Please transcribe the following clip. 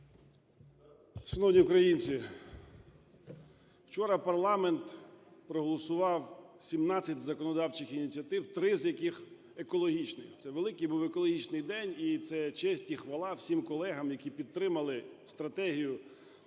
Шановні українці, вчора парламент проголосував 17 законодавчих ініціатив, три з яких екологічні. Це великий був екологічний день. І це честь і хвала всім колегам, які підтримали стратегію